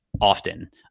often